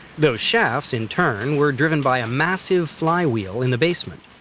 those shafts, in turn, were driven by a massive fly-wheel in the basement.